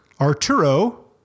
Arturo